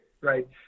Right